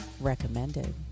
recommended